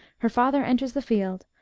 her father enters the field,